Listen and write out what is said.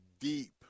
deep